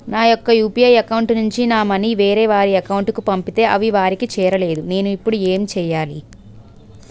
నా యెక్క UPI account నుంచి నా మనీ వేరే వారి అకౌంట్ కు పంపితే అవి వారికి చేరలేదు నేను ఇప్పుడు ఎమ్ చేయాలి?